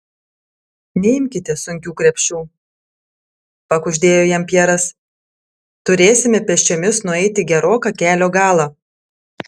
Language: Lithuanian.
neimkite sunkių krepšių pakuždėjo jam pjeras turėsime pėsčiomis nueiti geroką kelio galą